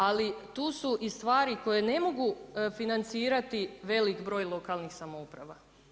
Ali, tu su i stvari koje ne mogu financirati veliki broj lokalnih samouprava.